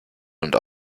und